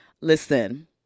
Listen